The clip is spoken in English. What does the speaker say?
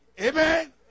Amen